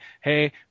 hey